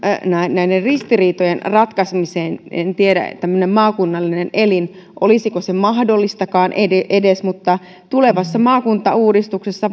näiden ristiriitojen ratkaisemisen kohdalla en tiedä olisiko tämmöinen maakunnallinen elin mahdollistakaan edes edes mutta tulevassa maakuntauudistuksessa